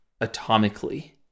atomically